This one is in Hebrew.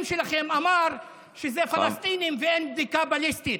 שלכם אמר שזה פלסטינים ואין בדיקה בליסטית.